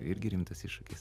irgi rimtas iššūkis